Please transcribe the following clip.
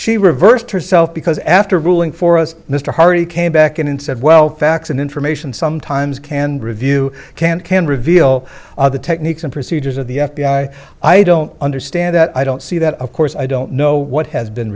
she reversed herself because after ruling for us mr hardy came back in and said well facts and information sometimes can review can can reveal the techniques and procedures of the f b i i don't understand that i don't see that of course i don't know what has been